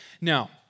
Now